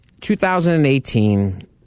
2018